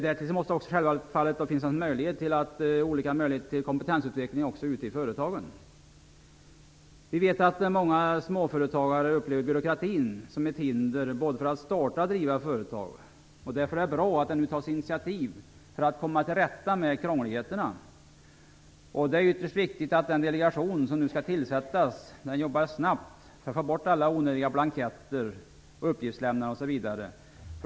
Därtill måste också självfallet finnas olika möjligheter till kompetensutveckling också ute i företagen. Vi vet att många småföretagare upplever byråkratin som ett hinder både för att starta och driva företag. Därför är det bra att det nu tas initiativ till att komma till rätta med krångligheterna. Det är ytterst viktigt att den delegation som nu skall tillsättas jobbar snabbt för att få bort alla onödiga blanketter och onödigt utgiftslämnande.